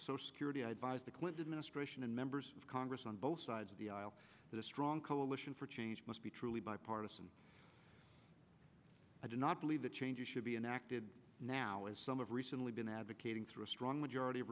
social security i advised the clinton administration and members of congress on both sides of the aisle that a strong coalition for change must be truly bipartisan i do not believe that changes should be enacted now as some of recently been advocating through a strong majority of